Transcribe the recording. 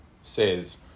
says